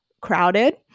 crowded